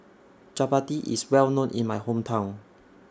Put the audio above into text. Chappati IS Well known in My Hometown